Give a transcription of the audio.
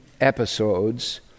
episodes